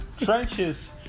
trenches